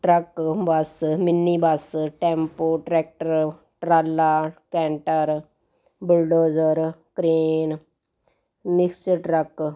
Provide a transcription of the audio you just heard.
truck bus mini bus tempo tractor ਟਰਾਲਾ canter bulldozer crane mixer truck